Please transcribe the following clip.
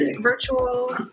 virtual